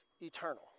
eternal